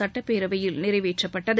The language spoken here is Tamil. சட்டப்பேரவையில் நிறைவேற்றப்பட்டது